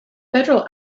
federal